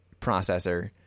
processor